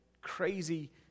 crazy